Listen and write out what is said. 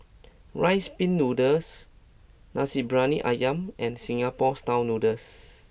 Rice Pin Noodles Nasi Briyani Ayam and Singapore Style Noodles